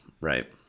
right